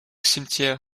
cimetière